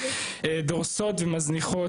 דורסות ומזניחות,